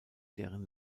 deren